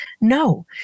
no